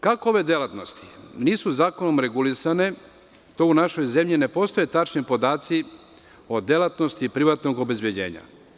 Kako ove delatnosti nisu zakonom regulisane to u našoj zemlji ne postoje tačni podaci o delatnosti privatnog obezbeđenja.